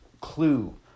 clue